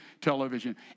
television